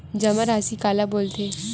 जमा राशि काला बोलथे?